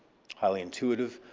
highly intuitive.